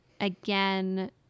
again